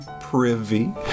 privy